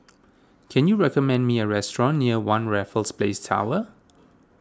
can you recommend me a restaurant near one Raffles Place Tower